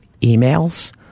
emails